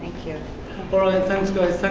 thank you. all right. thanks, guys.